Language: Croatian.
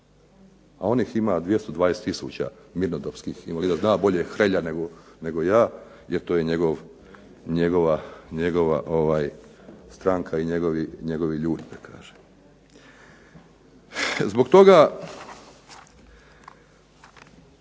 a onih ima 220 tisuća mirnodopskih invalida. Zna bolje Hrelja nego ja, jer to je njegova stranka i njegovi ljudi da kažem.